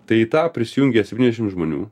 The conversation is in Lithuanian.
tai į tą prisijungė septyniasdešim žmonių